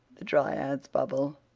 the dryad's bubble,